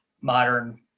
modern